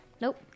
Nope